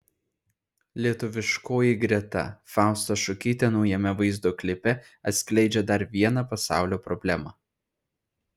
lietuviškoji greta fausta šukytė naujame vaizdo klipe atskleidžia dar vieną pasaulio problemą